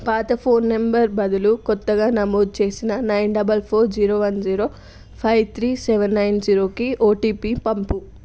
పాత phone number బదులు కొత్తగా నమోదు చేసిన nine double four zero one zero five three seven nine జీరోకి ఓటిపి పంపు